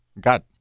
God